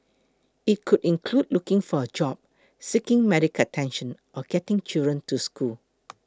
it could include looking for a job seeking medical attention or getting children to school